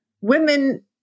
women